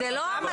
זו לא המטרה.